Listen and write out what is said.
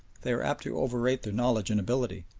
they are apt to overrate their knowledge and ability,